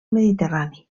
mediterrani